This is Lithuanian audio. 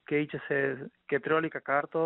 keičiasi keturiolika kartų